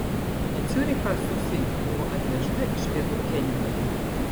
į ciurichą susi buvo atvežta iš pietų kenijos